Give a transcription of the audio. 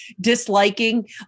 disliking